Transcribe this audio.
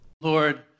Lord